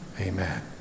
Amen